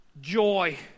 joy